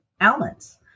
almonds